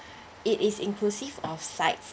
it is inclusive of sides